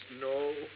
No